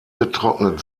getrocknet